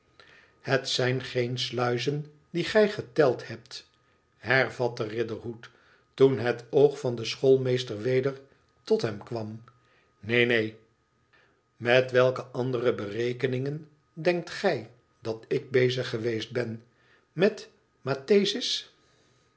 het zijn geen sluizen die gij geteld hebt hervatte riderhood toen het oog van den schoolmeester weder tot hem kwam neen neen met welke andere berekeningen denkt gij dat ik bezig geweest ben met mathesis